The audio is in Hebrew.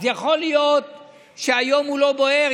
אז יכול להיות שהיום הוא לא בוער,